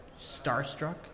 starstruck